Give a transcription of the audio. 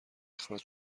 اخراج